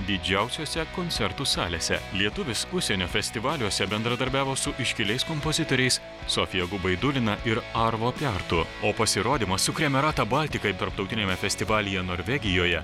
didžiausiose koncertų salėse lietuvis užsienio festivaliuose bendradarbiavo su iškiliais kompozitoriais sofija gubaidulina ir arvo piartu o pasirodymas su kremerata batika tarptautiniame festivalyje norvegijoje